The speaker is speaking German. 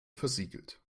versiegelt